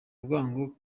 urwango